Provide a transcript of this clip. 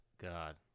God